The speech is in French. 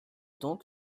donc